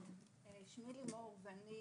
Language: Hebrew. שלום, נעים מאוד.